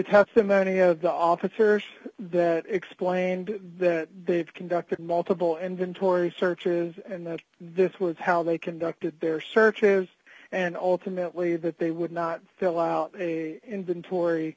testimony of the officers that explained that they've conducted multiple and then tori searches and that this was how they conducted their searches and ultimately that they would not fill out a inventory